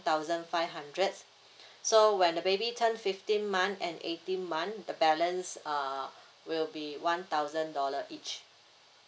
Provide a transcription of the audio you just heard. thousand five hundred so when the baby turn fifteen month and eighteen month the balance err will be one thousand dollar each